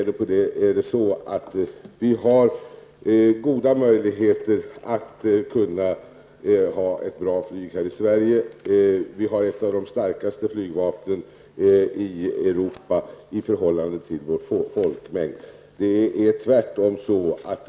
Det finns goda möjligheter att kunna ha ett bra flyg här i Sverige. Vi har ett av de starkaste flygvapnen i Europa i förhållande till vår folkmängd.